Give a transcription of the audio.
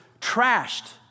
trashed